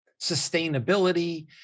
sustainability